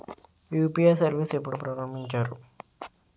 UPI service ఎప్పుడు ప్రారంభించారు?